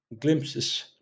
glimpses